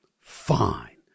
Fine